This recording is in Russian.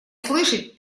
слышит